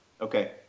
Okay